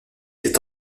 est